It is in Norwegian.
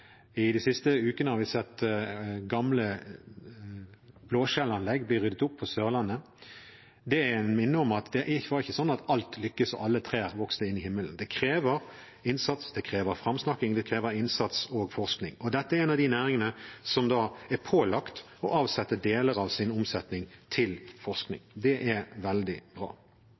De siste ukene har vi sett gamle blåskjellanlegg bli ryddet opp på Sørlandet. Det er et minne om at det er ikke sånn at alt lykkes og at alle trær vokser inn i himmelen. Det krever innsats. Det krever framsnakking. Det krever innsats og forskning. Og dette er en av de næringene som er pålagt å avsette deler av sin omsetning til forskning. Det er veldig bra.